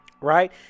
right